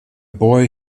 boy